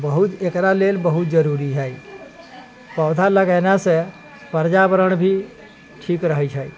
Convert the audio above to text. बहुत एकरा लेल बहुत जरूरी है पौधा लगेला से प्रजावरण भी ठीक रहै छै